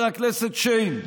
את חבר הכנסת שיין?